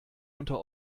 unter